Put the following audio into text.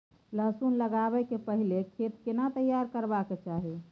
लहसुन लगाबै के पहिले खेत केना तैयार करबा के चाही?